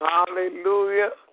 Hallelujah